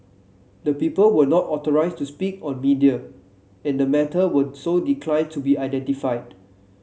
the people were not authorised to speak on media and the matter were so declined to be identified